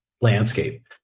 landscape